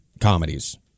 comedies